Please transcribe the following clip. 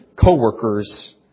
co-workers